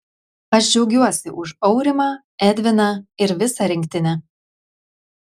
aš džiaugiuosi už aurimą edviną ir visą rinktinę